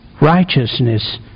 righteousness